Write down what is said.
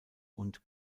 und